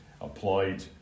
applied